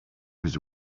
his